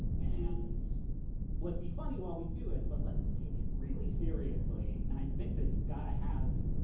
and let's be funny while we do it, but let's take it really seriously. and i think that you gotta have,